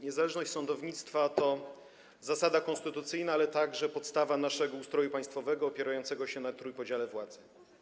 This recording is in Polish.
Niezależność sądownictwa to zasada konstytucyjna, ale także podstawa naszego ustroju państwowego opierającego się na trójpodziale władzy.